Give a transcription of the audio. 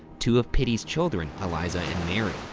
two of pittee's children, eliza and mary,